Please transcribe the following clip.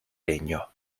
legno